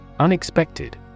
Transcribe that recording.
Unexpected